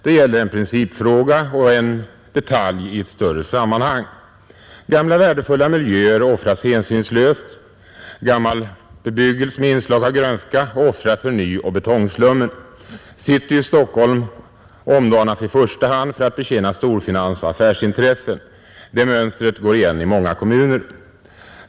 Det gäller en principfråga, en detalj i ett större sammanhang. Gamla värdefulla miljöer offras hänsynslöst, gammal bebyggelse med inslag av grönska offras för ny bebyggelse och betongslummen. City i Stockholm omdanas i första hand för att betjäna storfinans och affärsintressen. Det mönstret går igen i många kommuner.